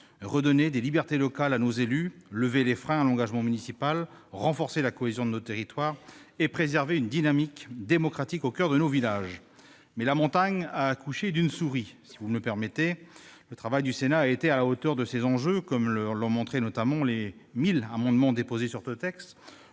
redonner des libertés locales à nos élus, lever les freins à l'engagement municipal, renforcer la cohésion de nos territoires et préserver une dynamique démocratique au coeur de nos villages. Or la montagne a accouché d'une souris, si j'ose dire. Le travail du Sénat a été à la hauteur de ces enjeux, comme l'ont notamment montré les 1 000 amendements déposés sur ce texte